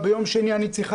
אנחנו ננסה להגיע